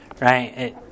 right